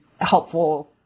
helpful